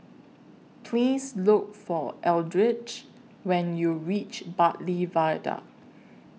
Please Look For Eldridge when YOU REACH Bartley Viaduct